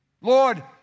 Lord